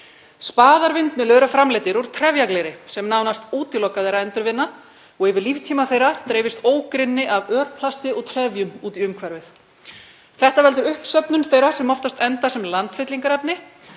Spaðar vindmyllu eru framleiddir úr trefjagleri sem nánast útilokað er að endurvinna og yfir líftíma þeirra dreifist ógrynni af örplasti og trefjum út í umhverfið. Þetta veldur uppsöfnun þeirra sem oftast enda sem landfyllingarefni